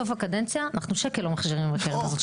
סוף הקדנציה אנחנו שקל לא מחזירים מהקרן הזאת.